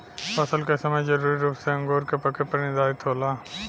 फसल क समय जरूरी रूप से अंगूर क पके पर निर्धारित होला